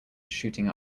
shooting